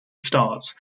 stars